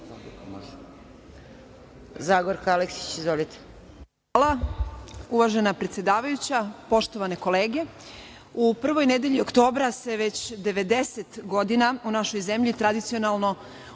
**Zagorka Aleksić** Hvala. Uvažena predsedavajuća, poštovane kolege, u prvoj nedelji oktobra se već 90 godina u našoj zemlji tradicionalno